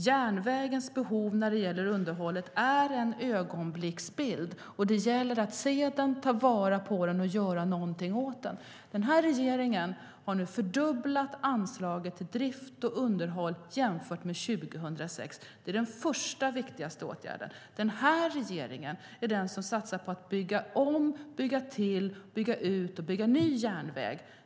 Järnvägens behov när det gäller underhållet är en ögonblicksbild, och det gäller att se den, ta vara på den och göra något åt den. Den här regeringen har nu fördubblat anslaget till drift och underhåll i förhållande till 2006. Det är den första och viktigaste åtgärden. Den här regeringen är den som satsar på att bygga om, bygga till, bygga ut och bygga ny järnväg.